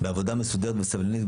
בעבודה מסודרת ובסבלנות,